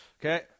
Okay